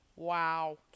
wow